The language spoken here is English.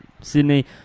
Sydney